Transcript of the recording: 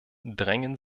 drängen